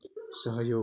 सहयोग